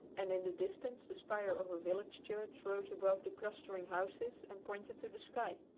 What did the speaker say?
and in the distance the spire of a village church rose above the clustering houses and pointed to the sky.